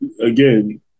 again